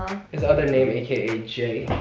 his other name, aka jae.